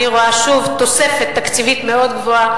אני רואה שוב תוספת תקציבית מאוד גבוהה,